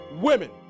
women